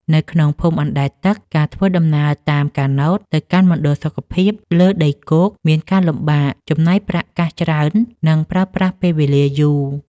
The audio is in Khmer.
នៅក្នុងភូមិអណ្តែតទឹក ការធ្វើដំណើរតាមកាណូតទៅកាន់មណ្ឌលសុខភាពលើដីគោកមានការលំបាក ចំណាយប្រាក់កាសច្រើន និងប្រើប្រាស់ពេលវេលាយូរ។